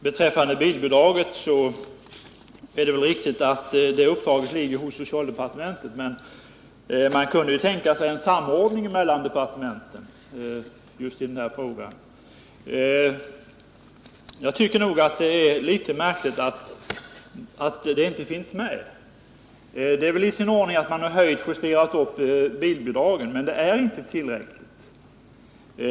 Herr talman! Beträffande bilbidraget är det riktigt att uppdraget ligger hos socialdepartementet, men man kunde ju tänka sig en samordning mellan departementen just i den här frågan. Jag tycker det är litet märkligt att det här förslaget inte finns med. Det är i sin ordning att man justerat upp bilbidragen, men det är inte tillräckligt.